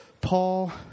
Paul